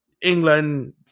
England